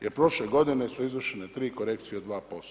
Jer prošle godine su izvršene 3 korekcije od 2%